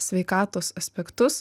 sveikatos aspektus